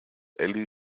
elli